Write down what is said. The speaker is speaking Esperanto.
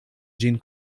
ĝin